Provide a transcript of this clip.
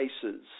cases